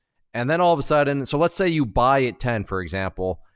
and then all of a sudden, so let's say you buy at ten, for example,